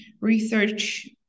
research